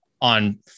on